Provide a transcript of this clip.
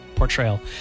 Portrayal